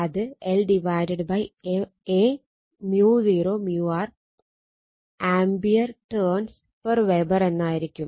അത് l A µ0 µ1 A T Wb എന്നായിരിക്കും